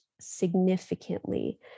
significantly